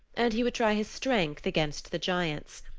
and he would try his strength against the giants.